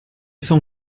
son